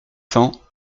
cents